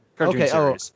okay